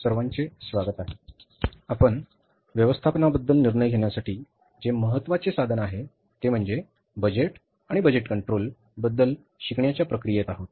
सर्वांचे स्वागत आहे आपण व्यवस्थापनाबद्दल निर्णय घेण्यासाठी जे महत्त्वाचे साधन आहे ते म्हणजे बजेट आणि बजेट कंट्रोल बद्दल शिकण्याच्या प्रक्रियेत आहोत